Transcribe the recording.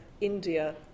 India